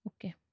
Okay